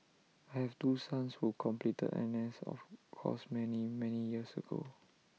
I have two sons who completed NS of course many many years ago